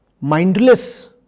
mindless